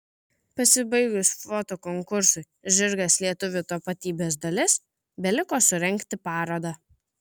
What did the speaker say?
pasibaigus fotokonkursui žirgas lietuvio tapatybės dalis beliko surengti parodą